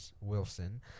Wilson